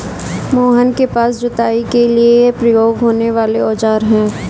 मोहन के पास जुताई के लिए प्रयोग होने वाले औज़ार है